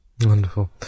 Wonderful